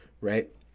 right